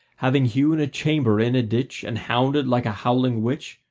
having hewn a chamber in a ditch, and hounded like a howling witch,